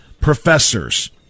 professors